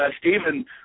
Stephen